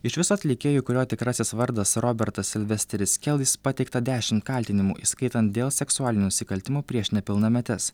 iš viso atlikėjui kurio tikrasis vardas robertas silvesteris kelis pateikta dešimt kaltinimų įskaitant dėl seksualinių nusikaltimų prieš nepilnametes